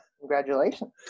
Congratulations